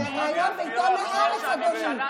ריאיון בעיתון הארץ, אדוני.